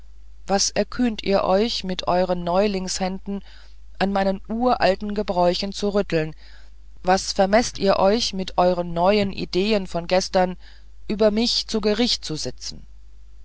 was erkühnt ihr euch mit euren neulingshänden an meinen uralten gebräuchen zu rütteln was vermeßt ihr euch mit euren ideen von gestern über mich zu gericht zu sitzen